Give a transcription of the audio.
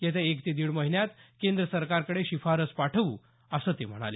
येत्या एक ते दीड महिन्यात केंद्र सरकारकडे शिफारस पाठवू असं ते म्हणाले